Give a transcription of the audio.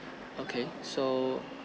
okay so